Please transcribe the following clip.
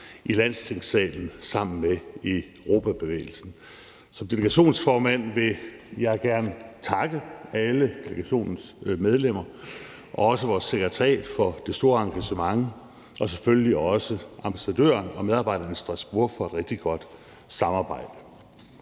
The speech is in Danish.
i Landstingssalen sammen med Europabevægelsen. Som delegationsformand vil jeg gerne takke alle delegationens medlemmer og også vores sekretariat for det store engagement – og selvfølgelig også ambassadøren og medarbejdere i Strasbourg for et rigtig godt samarbejde.